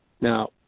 Now